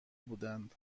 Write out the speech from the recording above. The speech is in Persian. بودند